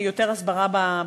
לסדר-היום?